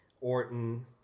Orton